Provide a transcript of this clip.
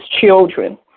children